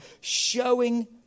showing